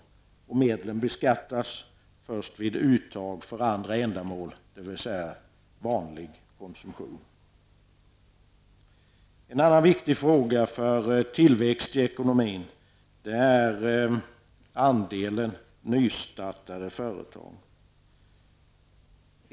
Medlen skulle beskattas först vid uttag för andra ändamål, dvs. för vanlig konsumtion. En annan viktig fråga för tillväxt i ekonomin är andelen nystartade företag.